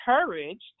encouraged